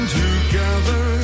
together